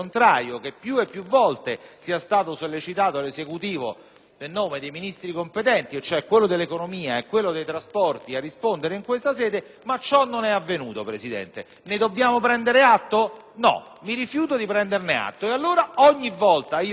nel nome dei Ministri competenti (e cioè quello dell'economia e quello dei trasporti), a rispondere in questa sede, ma ciò non è avvenuto. Ne dobbiamo prendere atto? No, mi rifiuto di farlo: e allora, ogni volta prenderò la parola per protestare formalmente perché il Governo